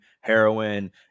heroin